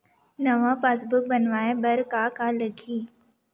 नवा पासबुक बनवाय बर का का लगही?